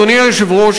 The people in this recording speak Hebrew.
אדוני היושב-ראש,